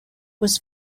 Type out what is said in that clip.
was